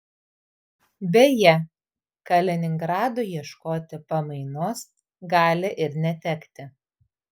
beje kaliningradui ieškoti pamainos gali ir netekti